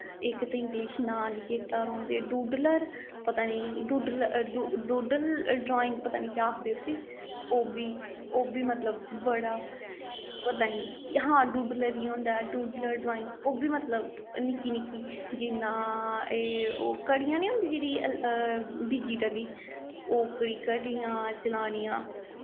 इक ते इंग्लिश नांऽ निं चेत्ता रौंह्दे डूडलर पता निं डूडलर डूडल ड्राईंग पता निं केह् आखदे उसी ओह् बी ओह् बी मतलब बड़ा पता निं हां डूडलर ही होंदा डूडलर ड्राईंग्स ओह् बी मतलब निक्की निक्की जियां एह् ओह् घड़ियां नी होंदियां जेह्ड़ी डिज़िटली ओह्कड़ी घड़ियां चलानियां